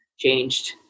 Changed